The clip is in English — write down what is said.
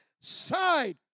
side